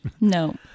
No